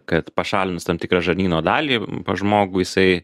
kad pašalinus tam tikrą žarnyno dalį pas žmogų jisai